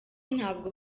ntabwo